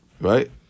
right